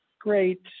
Great